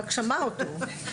רק שמע אותו,